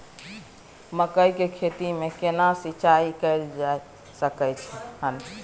मकई की खेती में केना सिंचाई कैल जा सकलय हन?